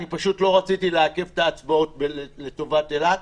אני פשוט לא רציתי לעכב את ההצבעות לטובת אילת,